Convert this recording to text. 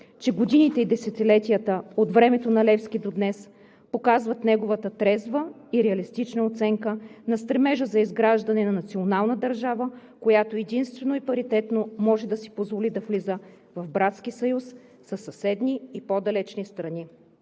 че годините и десетилетията от времето на Левски до днес показват неговата трезва и реалистична оценка на стремежа за изграждане на национална държава, която единствено и паритетно може да си позволи да влиза в братски съюз със съседни и по-далечни страни.